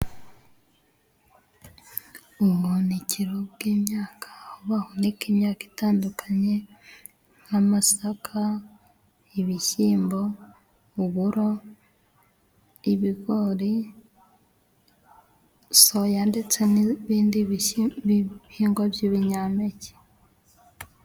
Ubuhunikiro bw'imyaka bahunika imyaka itandukanye: nk'amasaka, ibishyimbo, uburo, ibigori, soya, ndetse n ibindi bihingwa by'ibinyampeke.